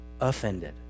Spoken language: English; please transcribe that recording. offended